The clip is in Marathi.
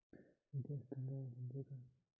निधी हस्तांतरण म्हणजे काय?